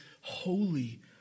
Holy